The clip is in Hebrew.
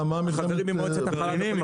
מה קשורה המלחמה?